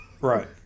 right